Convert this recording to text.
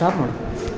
stop ಮಾಡು